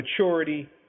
maturity